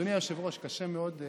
אדוני היושב-ראש, קשה מאוד.